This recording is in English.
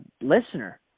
listener